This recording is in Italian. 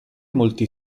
molti